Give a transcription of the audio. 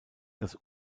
das